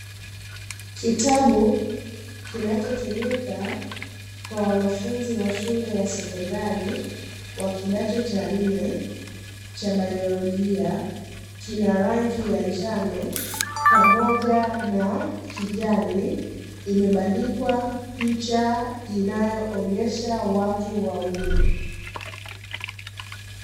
Kitabu kinachotumika kwa wanafunzi wa shule ya sekondari wa kidato cha nne cha Baiolojia. Kina rangi ya njano pamoja na kijani. Kimebandikwa picha inayoonyesha watu wawili.